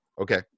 Okay